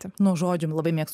nuo žodžių labai mėgstu